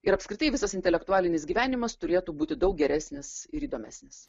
ir apskritai visas intelektualinis gyvenimas turėtų būti daug geresnis ir įdomesnis